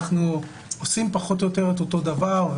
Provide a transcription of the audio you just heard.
אנחנו עושים פחות או יותר את אותו דבר,